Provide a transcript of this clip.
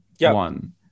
one